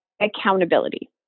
accountability